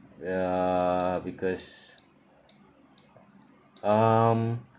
uh because um